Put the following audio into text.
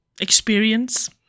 Experience